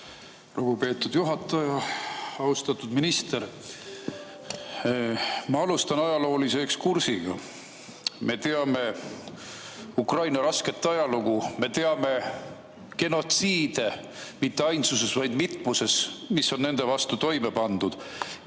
Lugupeetud juhataja! Austatud minister! Ma alustan ajaloolise ekskursiga. Me teame Ukraina rasket ajalugu, me teame genotsiide – mitte ainsuses, vaid mitmuses –, mis on nende vastu toime pandud,